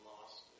lost